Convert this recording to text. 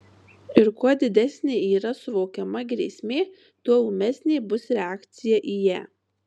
ir kuo didesnė yra suvokiama grėsmė tuo ūmesnė bus reakcija į ją